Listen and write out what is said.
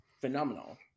phenomenal